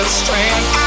strength